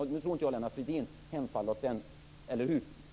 Nu tror jag inte att Lennart Fridén hemfaller åt den, eller hur?